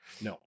No